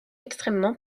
extrêmement